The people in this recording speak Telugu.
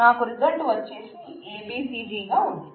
నాకు రిజల్ట్ వచ్చేసి ABCG గా ఉంది